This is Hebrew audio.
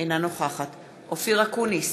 אינה נוכחת אופיר אקוניס,